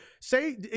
say